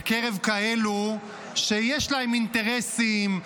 בקרב כאלו שיש להם אינטרסים,